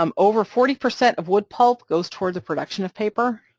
um over forty percent of wood pulp goes toward the production of paper,